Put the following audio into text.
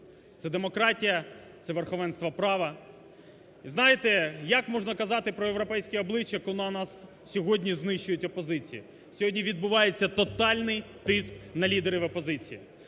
це демократія, це верховенство права. Знаєте, як можна казати про європейські обличчя, коли у нас сьогодні знищують опозицію? Сьогодні відбувається тотальний тиск на лідерів опозиції.